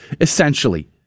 essentially